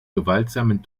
gewaltsamen